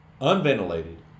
unventilated